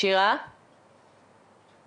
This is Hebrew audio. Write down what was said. הנקודה היא שאנחנו לוקים כמה פעמים.